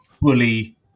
bully